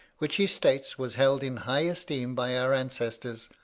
which he states was held in high esteem by our ancestors,